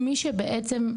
מי שבעצם,